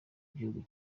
gihugu